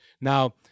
Now